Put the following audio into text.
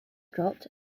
dropped